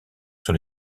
sur